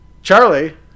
Charlie